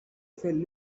fell